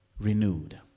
renewed